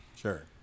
Sure